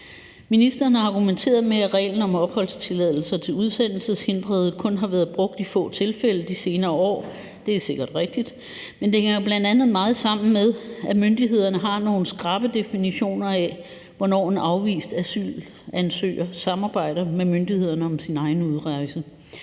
Ministeren har argumenteret med, at reglen om opholdstilladelser til udsendelseshindrede kun har været brugt i få tilfælde i de senere år, og det er sikkert rigtigt, men det hænger jo bl.a. meget sammen med, at myndighederne har nogle skrappe definitioner af, hvornår en afvist asylansøger samarbejder med myndighederne om sin egen udrejse.